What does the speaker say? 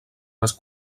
les